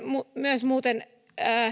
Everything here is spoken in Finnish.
myös muuten